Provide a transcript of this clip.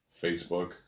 Facebook